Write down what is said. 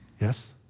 Yes